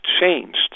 changed